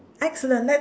excellent let's